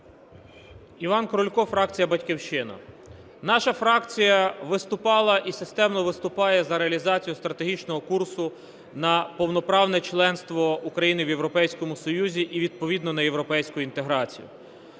Іван Крулько, фракція "Батьківщина". Наша фракція виступала і системно виступає за реалізацію стратегічного курсу на повноправне членство України в Європейському Союзі і відповідно на європейську інтеграцію.